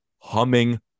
humming